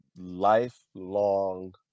lifelong